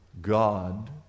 God